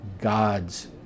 gods